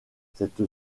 cette